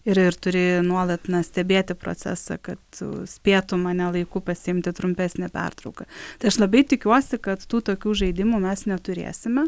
ir ir turi nuolat stebėti procesą kad spėtum ane laiku pasiimti trumpesnę pertrauką tai aš labai tikiuosi kad tų tokių žaidimų mes neturėsime